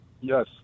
Yes